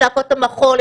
את להקות המחול,